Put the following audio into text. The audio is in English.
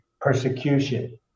persecution